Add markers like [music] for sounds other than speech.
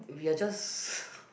we are just [laughs]